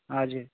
हजुर